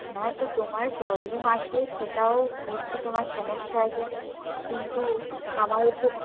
হ্যাঁ তো তোমার প্রবলেম আছে সেটাও বুঝছি তোমার সমস্যা আছে কিন্তু আমার ও তো